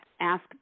ask